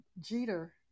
Jeter